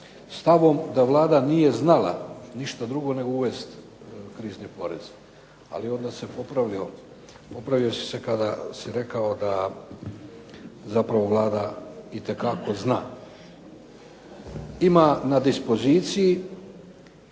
stavom da Vlada nije znala ništa drugo nego uvesti krizni porez, ali onda si se popravio kada si rekao da zapravo Vlada itekako zna. Ima na dispoziciji